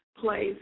place